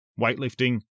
weightlifting